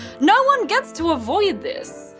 no one gets to avoid this.